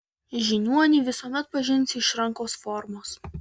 žiniuonį visuomet pažinsi iš rankos formos